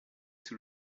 sous